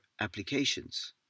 applications